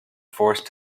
forced